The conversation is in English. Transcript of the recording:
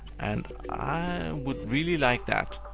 and i would really like that.